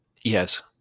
Yes